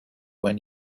when